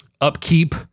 upkeep